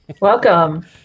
Welcome